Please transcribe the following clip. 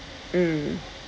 mm